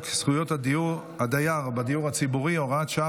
זכויות הדייר בדיור הציבורי (הוראת שעה,